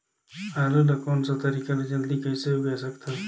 आलू ला कोन सा तरीका ले जल्दी कइसे उगाय सकथन?